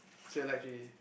so you like Jun-Yi